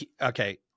okay